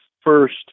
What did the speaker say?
first